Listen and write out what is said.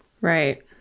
Right